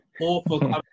awful